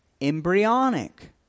embryonic